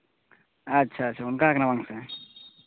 ᱟᱪᱪᱷᱟ ᱟᱪᱪᱷᱟ ᱚᱱᱠᱟᱣ ᱠᱟᱱᱟ ᱵᱟᱝ ᱥᱮ